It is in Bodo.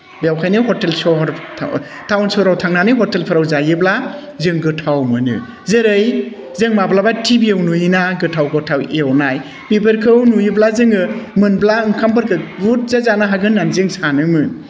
बेखायनो सहर टाउन सहराव थांनानै हटेलफोराव जायोब्ला जों गोथाव मोनो जेरै जों माब्लाबा टिभियाव नुयोना गोथाव गोथाव एवनाय बेफोरखौ नुयोब्ला जोङो मोनब्ला ओंखामफोरखौ बुरजा जानो हागोन होननानै जों सानोमोन